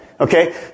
Okay